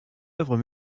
œuvres